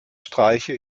streiche